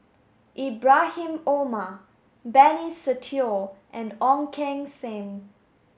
Ibrahim Omar Benny Se Teo and Ong Keng Sen